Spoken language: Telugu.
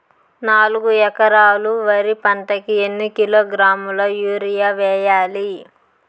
నాలుగు ఎకరాలు వరి పంటకి ఎన్ని కిలోగ్రాముల యూరియ వేయాలి?